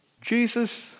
Jesus